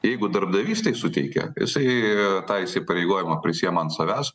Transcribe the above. jeigu darbdavys tai suteikia jisai tą įsipareigojimą prisiima ant savęs